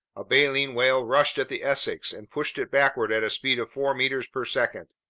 a baleen whale rushed at the essex and pushed it backward at a speed of four meters per second.